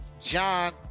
John